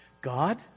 God